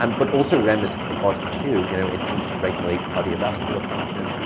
um but also rem is for the body, too, you know. it seems to regulate cardiovascular function.